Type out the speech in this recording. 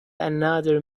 another